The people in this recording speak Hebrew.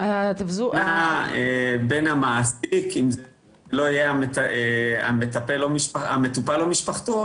בין המעסיק, המטופל ומשפחתו